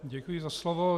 Děkuji za slovo.